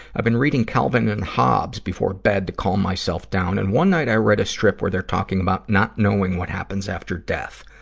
i've been reading calvin and hobbs before bed to calm myself down, and one night i read a strip where they're talking about not knowing what happens after death.